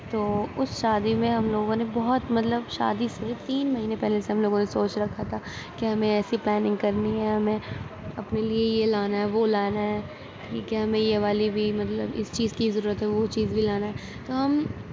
تو اس شادی میں ہم لوگوں نے بہت مطلب شادی سے تین مہینے پہلے سے ہم لوگوں نے سوچ رکھا تھا کہ ہمیں ایسی پلاننگ کرنی ہے ہمیں اپنے لیے یہ لانا ہے وہ لانا ہے ٹھیک ہے ہمیں یہ والی بھی مطلب اس چیز کی بھی ضرورت ہے وہ چیز بھی لانا ہے تو ہم